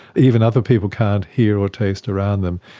even other people can't hear or taste around them.